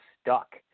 stuck